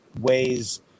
ways